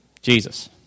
Jesus